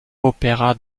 opera